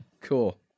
Cool